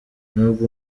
nubwo